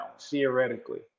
theoretically